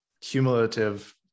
cumulative